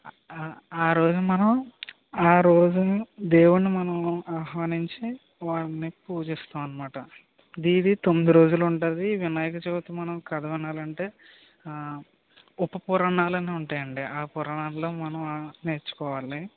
ఆ రోజు మనం ఆ రోజు దేవుడిని మనం ఆహ్వానించి వారిని పూజిస్తాంము అనమాట ఇది తొమ్మిది రోజులు ఉంటుంది వినాయక చవితి మనం కథ వినాలి అంటే ఉపపురాణాలు అని ఉంటాయండి ఆ పురాణాలలో మనం నేర్చుకోవాలి